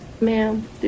Ma'am